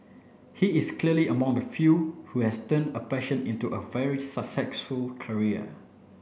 he is clearly among the few who has turned a passion into a very successful career